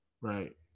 Right